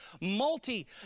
multi